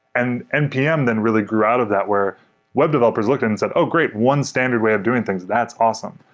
and npm then really grew out of that where web developers looking and said, oh great! one standard way of doing things. that's awesome.